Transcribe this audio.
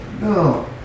No